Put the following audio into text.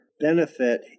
benefit